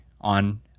on